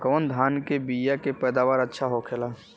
कवन धान के बीया के पैदावार अच्छा होखेला?